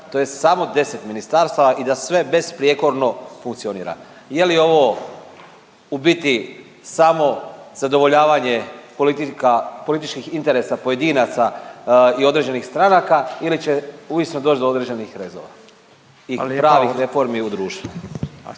tj. samo 10 ministarstava i da sve besprijekorno funkcionira. Je li ovo u biti samo zadovoljavanje politika, političkih interesa pojedinaca i određenih stranaka ili će uistinu doći do određenih rezova i pravih reformi u društvu?